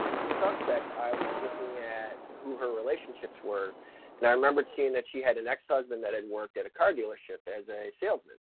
on the suspect, i was looking at who her relationships were and i remembered seeing that she had an ex-husband that had worked at a car dealership as a salesman.